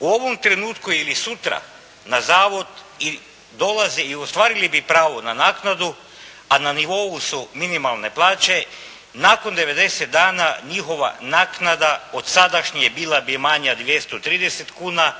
u ovom trenutku ili sutra na zavod i dolazi i ostvarili bi pravo na naknadu, a na nivou su minimalne plaće, nakon 90 dana njihova naknada od sadašnje bila bi manja 230 kuna,